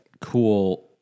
cool